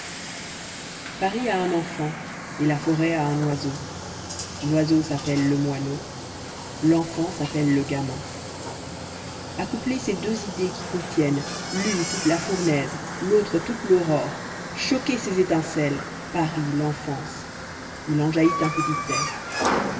paris a un enfant et la forêt a un oiseau l'oiseau s'appelle le moineau l'enfant s'appelle le gamin accouplez ces deux idées qui contiennent l'une toute la fournaise l'autre toute l'aurore choquez ces étincelles paris l'enfance il en jaillit un petit être